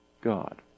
God